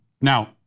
Now